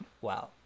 wow